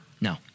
No